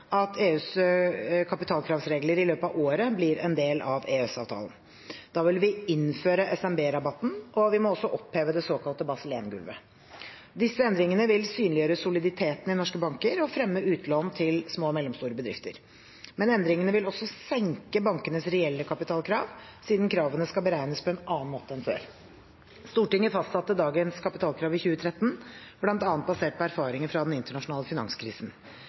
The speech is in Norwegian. at EUs kapitalkravsregler i løpet av året blir en del av EØS-avtalen. Da vil vi innføre SMB-rabatten, og vi må også oppheve det såkalte Basel I-gulvet. Disse endringene vil synliggjøre soliditeten i norske banker og fremme utlån til små og mellomstore bedrifter. Men endringene vil også senke bankenes reelle kapitalkrav, siden kravene skal beregnes på en annen måte enn før. Stortinget fastsatte dagens kapitalkrav i 2013, bl.a. basert på erfaringer fra den internasjonale finanskrisen.